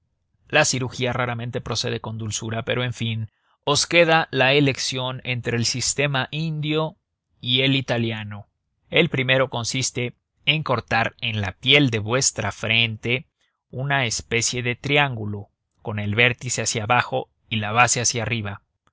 la cirugía raramente procede con dulzura pero en fin os queda la elección entre el sistema indio y el italiano el primero consiste en cortar en la piel de vuestra frente una especie de triángulo con el vértice hacia abajo y la base hacia arriba